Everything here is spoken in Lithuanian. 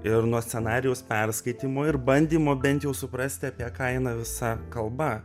ir nuo scenarijaus perskaitymo ir bandymo bent jau suprasti apie ką eina visa kalba